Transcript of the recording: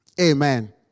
Amen